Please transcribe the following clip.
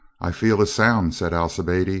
i feel as sound, said alcibiade.